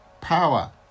power